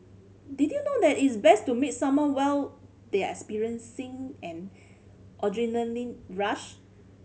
did you know that is best to meet someone while they are experiencing an adrenaline rush